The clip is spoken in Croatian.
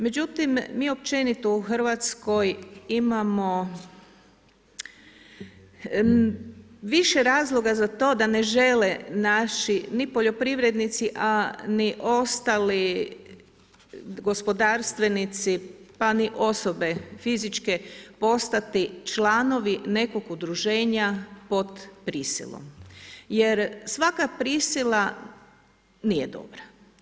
Međutim mi općenito u Hrvatskoj imamo više razloga za to da ne žele naši ni poljoprivrednici, a ni ostali gospodarstvenici, pa ni osobe fizičke postati članovi nekog udruženja pod prisilom jer svaka prisila nije dobra.